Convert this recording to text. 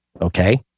okay